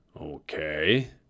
Okay